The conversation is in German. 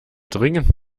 dringend